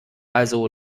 also